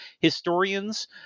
historians